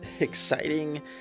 exciting